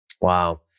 Wow